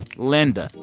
linda,